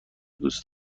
دوست